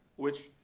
which,